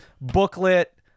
booklet